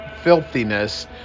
filthiness